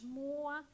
more